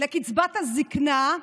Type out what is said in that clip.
לקצבת הזקנה,